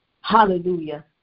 Hallelujah